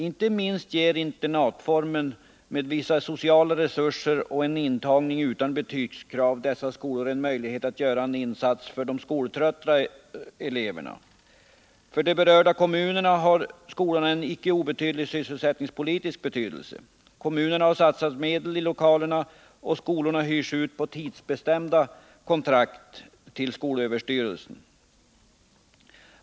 Inte minst ger internatformen, med vissa sociala möjligheter, och intagningen utan betygskrav dessa skolor möjligheter att göra en insats för skoltrötta elever. För de berörda kommunerna har skolorna också en icke obetydlig sysselsättningspolitisk betydelse. Kommunerna har satsat medel i lokalerna, och skolorna hyrs ut på tidsbestämda kontrakt till skolöverstyrelsen.